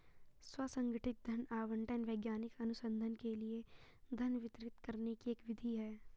स्व संगठित धन आवंटन वैज्ञानिक अनुसंधान के लिए धन वितरित करने की एक विधि है